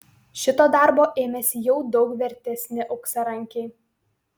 šito darbo ėmėsi jau daug vertesni auksarankiai